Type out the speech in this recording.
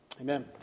amen